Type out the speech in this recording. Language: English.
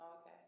Okay